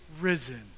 risen